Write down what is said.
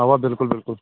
اَوا بِلکُل بِلکُل